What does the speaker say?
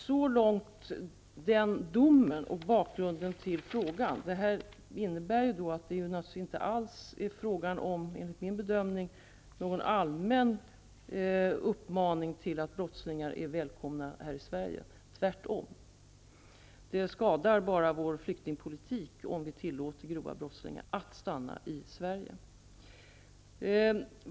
Så långt den domen och bakgrunden till frågan. Enligt min bedömning är det inte alls fråga om någon allmän uppmaning som säger att brottslingar är välkomna här i Sverige, tvärtom. Det skadar bara vår flyktingpolitik om vi tillåter grova brottslingar att stanna i Sverige.